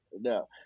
No